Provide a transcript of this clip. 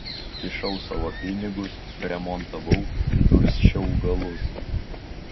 kišau savo pinigus remontavau dursčiau galus